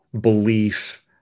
belief